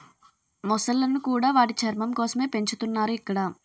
మొసళ్ళను కూడా వాటి చర్మం కోసమే పెంచుతున్నారు ఇక్కడ